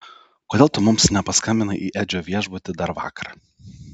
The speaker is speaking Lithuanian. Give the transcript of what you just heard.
kodėl tu mums nepaskambinai į edžio viešbutį dar vakar